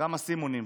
כמה "סימונים".